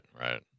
right